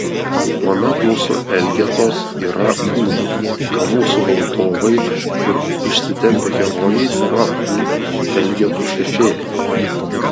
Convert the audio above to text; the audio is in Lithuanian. tuomet mūsų elgetos yra kūnai o mūsų valdovai ir išsitempę herojai tėra tų elgetų šešėliai